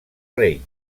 rei